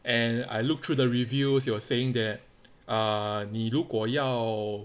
and I look through the reviews it was saying that err 你如果要